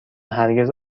هرگز